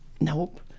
nope